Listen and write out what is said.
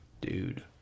dude